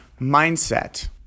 mindset